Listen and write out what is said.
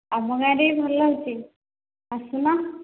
ଆମ ଗାଁରେ ବି ଭଲ ହେଉଛି ଆସୁନ